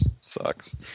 sucks